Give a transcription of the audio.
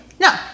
No